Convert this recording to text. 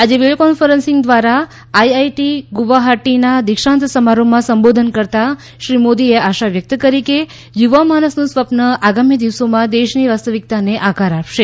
આજે video conferencing દ્વારા IIT ગુવાહાટીના દિક્ષાંત સમારોહમાં સંબોધન કરતાં શ્રી મોદીએ આશા વ્યક્ત કરી કે યુવા માનસનું સ્વપ્ન આગામી દિવસોમાં દેશની વાસ્તવિકતાને આકાર આપશે